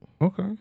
Okay